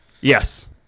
Yes